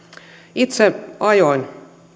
itse ajoin